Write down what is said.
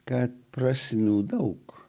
kad prasmių daug